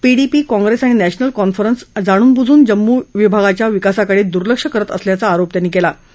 PDP काँग्रेसीआणि National Conference जाणूनबुजून जम्मू विभागाच्या विकासाकडविुर्लक्ष करत असल्याचा आरोप त्यांनी कळा